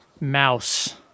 mouse